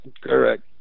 Correct